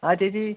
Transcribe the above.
ആ ചേച്ചി